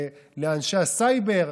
לאנשי הסייבר,